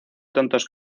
tontos